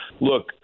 Look